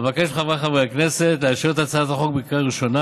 אבקש מחבריי חברי הכנסת לאשר את הצעת החוק בקריאה ראשונה